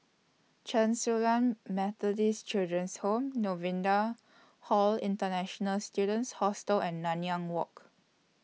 Chen Su Lan Methodist Children's Home Novena Hall International Students Hostel and Nanyang Walk